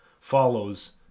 follows